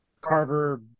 Carver